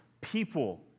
people